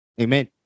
amen